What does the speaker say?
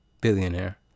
billionaire